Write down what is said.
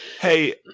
Hey